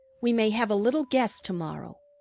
we may have a little guest to-morrow.